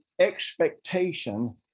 expectation